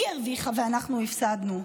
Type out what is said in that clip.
היא הרוויחה ואנחנו הפסדנו.